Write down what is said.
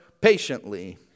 patiently